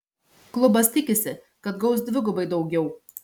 klubas tikisi kad gaus dvigubai daugiau